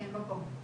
כי הם לא פה.